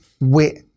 wit